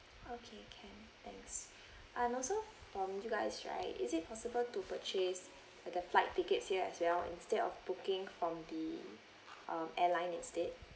okay can thanks and also from you guys right is it possible to purchase the the flight tickets here as well instead of booking from the um airline instead